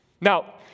Now